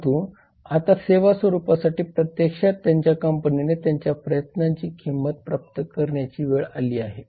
परंतु आता सेवा स्वरूपासाठी प्रत्यक्षात त्यांच्या कंपनीने केलेल्या प्रयत्नांची किंमत प्राप्त करण्याची वेळ आली आहे